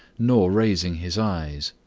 nor raising his eyes,